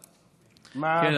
כן,